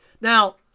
Now